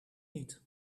niet